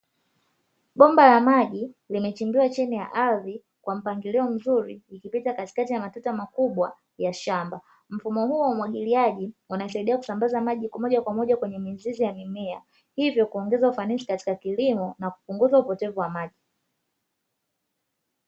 Bomba la maji limechimbiwa chini ya ardhi kwa mpangilio mzuri, likipita katikati ya matuta makubwa ya shamba. Mfumo huu wa umwagiliaji unasaidia kusambaza maji moja kwa moja kwenye mizizi ya mimea. Hivyo kuongeza ufanisi katika kilimo na kupunguza upotevu wa maji.